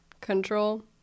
control